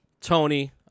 Tony